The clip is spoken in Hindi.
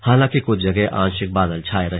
हालांकि कुछ जगह आंशिक बादल छाये रहे